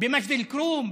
במג'ד אל-כרום,